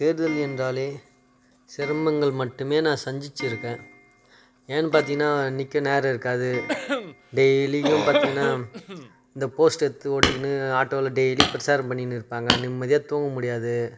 தேர்தல் என்றாலே சிரமங்கள் மட்டுமே நான் சந்திச்சிருக்கேன் ஏன்னு பார்த்திங்கனா நிற்க நேரம் இருக்காது டெய்லியும் பார்த்திங்கனா இந்த போஸ்ட்டு எடுத்து ஒட்டிக்கின்னு ஆட்டோவில் டெய்லியும் பிரச்சாரம் பண்ணிக்கின்னு இருப்பாங்க நிம்மதியாக தூங்க முடியாது